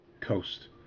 coast